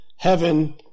heaven